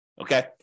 Okay